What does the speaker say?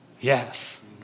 Yes